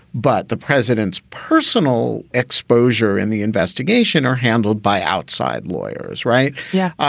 but the president's personal exposure and the investigation are handled by outside lawyers. right. yeah.